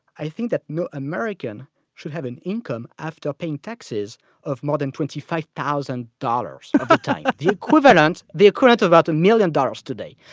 i think that no american should have an income after paying taxes of more than twenty five thousand dollars, at the time. the equivalent the equivalent of about one million dollars today.